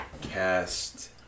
cast